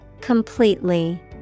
Completely